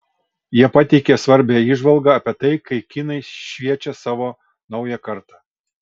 jie pateikia svarbią įžvalgą apie tai kaip kinai šviečia savo naują kartą